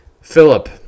Philip